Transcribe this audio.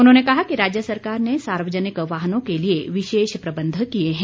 उन्होंने कहा कि राज्य सरकार ने सार्वजनिक वाहनों के लिए विशेष प्रबन्ध किए हैं